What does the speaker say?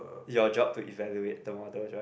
your job to evaluate the models right